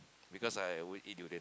because I always eat durian